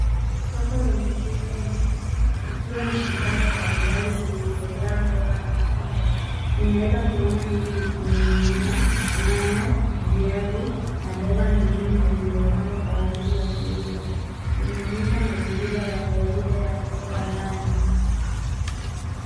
Soko lenye shughuli nyingi likiwa na vibanda mbalimbali vilivyojaa mboga na matunda. Unaweza kuona ndizi zikining'inia, nyanya, viazi na mboga nyingine zilizopangwa kwa ajili ya kuuzwa. Inaonyesha mazingira ya kawaida ya soko la ndani.